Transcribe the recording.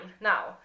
now